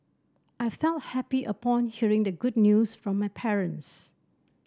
I felt happy upon hearing the good news from my parents